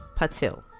patil